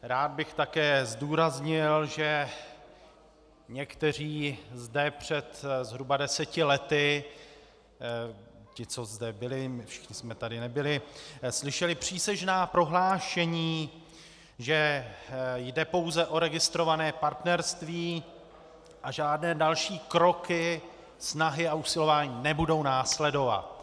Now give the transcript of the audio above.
Rád bych také zdůraznil, že někteří zde před zhruba deseti lety, ti, co zde byli, my všichni jsme tady nebyli, slyšeli přísežná prohlášení, že jde pouze o registrované partnerství a žádné další kroky, snahy a usilování nebudou následovat.